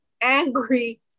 angry